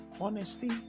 honesty